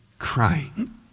crying